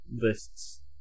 lists